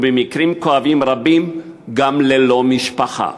ובמקרים כואבים רבים גם ללא משפחה.